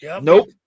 Nope